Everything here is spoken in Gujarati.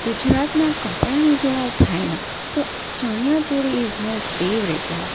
ગુજરાતના કપડાની જો વાત થાયને તો ચણિયાચોળી ઈઝ માય ફેવરેટ યાર